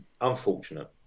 unfortunate